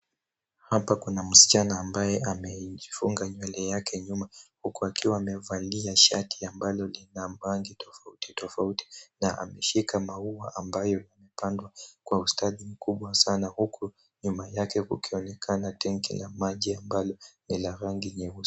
Hapa kuna msichana ambaye amejifunga nywele yake nyuma huku akiwa amevalia shati ambalo lina rangi tofauti tofauti na ameshika maua ambayo imepandwa kwa ustadi mkubwa sana huku nyuma yake kukionekana tenki la maji ambalo ni la rangi nyeusi.